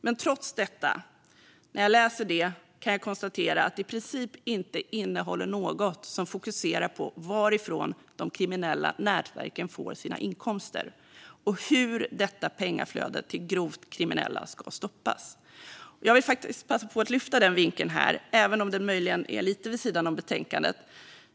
Men när jag läser programmet kan jag, trots detta, konstatera att det i princip inte innehåller något som fokuserar på varifrån de kriminella nätverken får sina inkomster och hur detta pengaflöde till grovt kriminella ska stoppas. Jag vill faktiskt passa på att lyfta fram den vinkeln här, även om den möjligen är lite vid sidan om betänkandet.